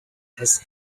has